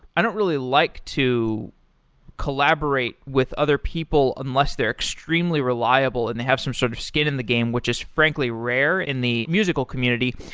i don't really like to collaborate with other people unless they're extremely reliable and they have some sort of skin in the game, which is frankly rare in the musical community.